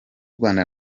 rwanda